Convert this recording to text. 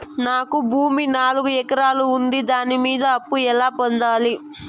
నాకు భూమి నాలుగు ఎకరాలు ఉంది దాని మీద అప్పు ఎలా పొందాలి?